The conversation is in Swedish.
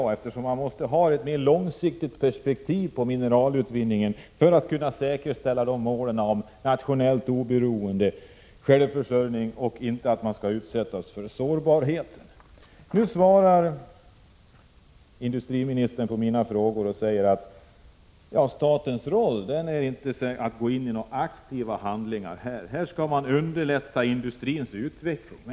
Man måste ju se mineralutvinningen i ett långsiktigt perspektiv för att kunna säkerställa att uppsatta mål kan nås: nationellt oberoende, självförsörjning och undvikande av sårbarhet. När industriministern svarar på mina frågor säger han att statens roll inte är att aktivt gå in här. Men man skall ju underlätta industrins utveckling.